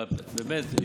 באמת,